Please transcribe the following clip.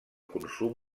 consum